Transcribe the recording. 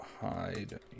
hide